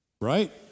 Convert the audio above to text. Right